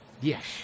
Yes